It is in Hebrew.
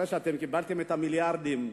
ולאחר שקיבלתם מיליארדים,